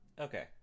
Okay